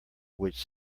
which